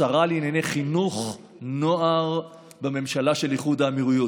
השרה לענייני חינוך נוער בממשלה של איחוד האמירויות.